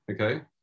okay